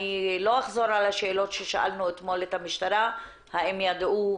אני לא אחזור על השאלות ששאלנו אתמול את המשטרה - האם ידעו?